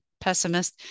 pessimist